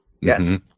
yes